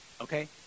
Okay